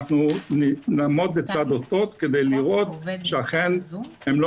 אנחנו נעמוד לצד אותות כדי לראות שאכן הם לא